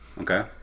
Okay